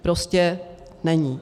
Prostě není.